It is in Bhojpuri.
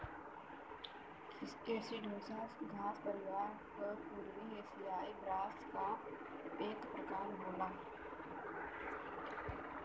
एसिडोसा घास परिवार क पूर्वी एसियाई बांस क एक प्रकार होला